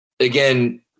Again